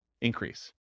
increase